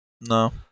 No